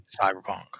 Cyberpunk